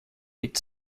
its